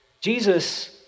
Jesus